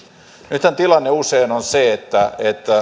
nythän tilanne usein on se että